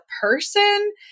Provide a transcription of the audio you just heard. person